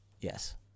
Yes